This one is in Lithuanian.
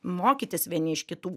mokytis vieni iš kitų